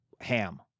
ham